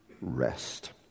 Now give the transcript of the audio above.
rest